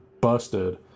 busted